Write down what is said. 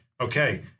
Okay